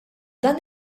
dan